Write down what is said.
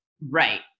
Right